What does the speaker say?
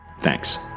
Thanks